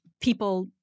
people